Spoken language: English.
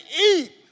eat